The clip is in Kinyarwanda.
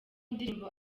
ndirimbo